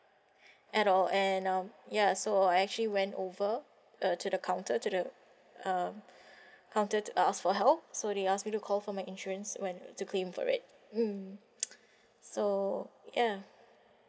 at all and um ya so I actually went over uh to the counter to the um counter to ask for help so they ask me to call for my insurance when to claim for it mm so ya